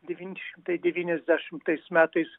devyni šimtai devyniasdešimtais metais